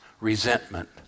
resentment